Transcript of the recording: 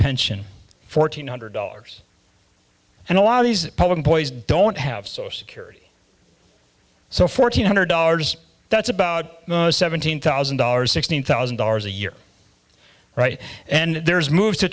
pension fourteen hundred dollars and a lot of these public employees don't have so security so fourteen hundred dollars that's about seventeen thousand dollars sixteen thousand dollars a year right and there's moves to